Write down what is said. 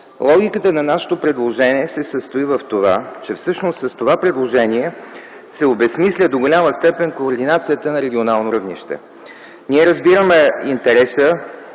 Логиката на нашето предложение се състои в това, че се обезсмисля до голяма степен координацията на регионално равнище. Ние разбираме интереса